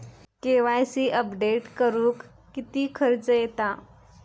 KYC update करुक किती खर्च येता?